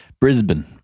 brisbane